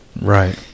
Right